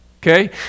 Okay